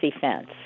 fence